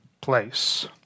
place